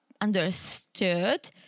understood